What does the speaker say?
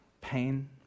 pain